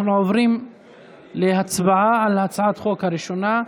אנחנו עוברים להצבעה על הצעת החוק הראשונה,